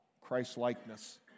Christ-likeness